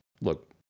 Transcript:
look